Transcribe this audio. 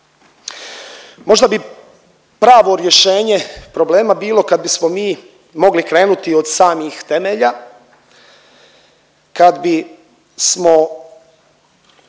Možda bi pravo rješenje problema bilo kad bismo mi mogli krenuti od samih temelja, kad bismo